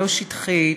לא שטחית,